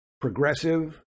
progressive